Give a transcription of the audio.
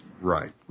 Right